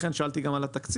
לכן שאלתי גם על התקציב.